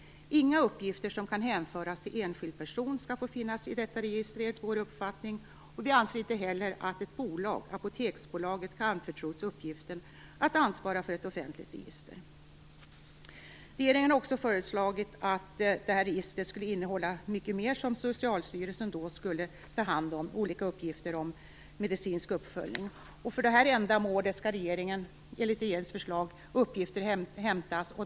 Inga uppgifter som kan hänföras till enskild person skall enligt vår uppfattning finnas i detta register. Vi anser inte heller att ett bolag, Apoteksbolaget, skall anförtros uppgiften att ansvara för ett offentligt register. Regeringen har också föreslagit att registret skulle innehålla mycket mer som Socialstyrelsen skulle ta hand om, t.ex. olika uppgifter om medicinsk uppföljning. För detta ändamål skall enligt regeringens förslag uppgifter inhämtas.